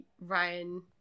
ryan